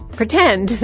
pretend